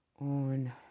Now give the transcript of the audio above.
on